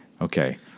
okay